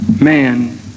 man